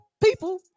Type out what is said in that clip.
people